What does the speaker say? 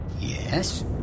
Yes